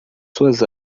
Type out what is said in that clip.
suas